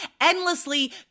endlessly